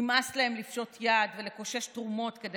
נמאס להם לפשוט יד ולקושש תרומות כדי